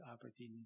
Aberdeen